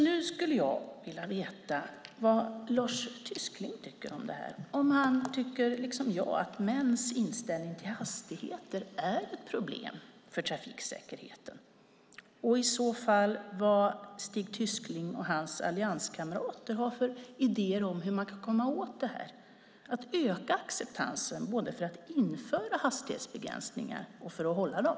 Nu skulle jag vilja veta vad Lars Tysklind tycker om det här. Tycker han liksom jag att mäns inställning till hastigheter är ett problem för trafiksäkerheten? Vilka idéer har Lars Tysklind och hans allianskamrater i så fall om hur man kan komma åt det här och öka acceptansen både för att införa hastighetsbegränsningar och för att hålla dem?